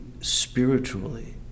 spiritually